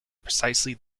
precisely